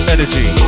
Energy